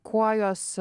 kuo jos